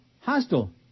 hostile